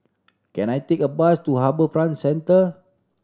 can I take a bus to HarbourFront Centre